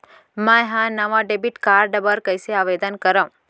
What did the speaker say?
मै हा नवा डेबिट कार्ड बर कईसे आवेदन करव?